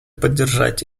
поддержать